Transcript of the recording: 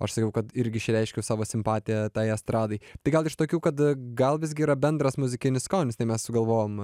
aš sakiau kad irgi išreiškiu savo simpatiją tai estradai tai gal iš tokių kad gal visgi yra bendras muzikinis skonis tai mes sugalvojom